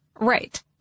Right